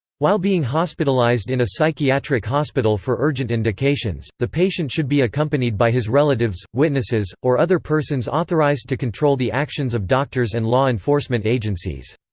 while being hospitalized in a psychiatric hospital for urgent indications, the patient should be accompanied by his relatives, witnesses, or other persons authorized to control the actions of doctors and law-enforcement agencies.